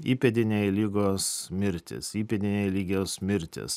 įpėdiniai ligos mirtys įpėdiniai lygios mirtys